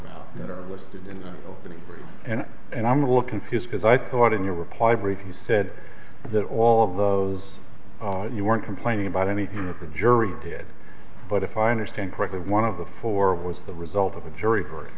complaint listed in the opening and and i'm a little confused because i thought in your reply brief you said that all of those you weren't complaining about anything that the jury did but if i understand correctly one of the four was the result of a jury